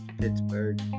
Pittsburgh